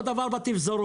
אותו דבר בתפזורות